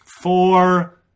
four